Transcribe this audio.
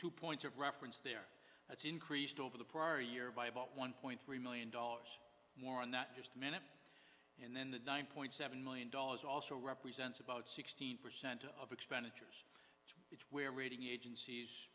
wo point of reference there that's increased over the prior year by about one point three million dollars more on that in just a minute and then the nine point seven million dollars also represents about sixteen percent of expenditures which where rating agencies